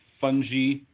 fungi